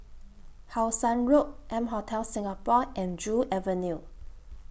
How Sun Road M Hotel Singapore and Joo Avenue